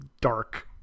dark